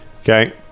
okay